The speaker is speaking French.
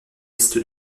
est